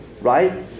right